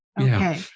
Okay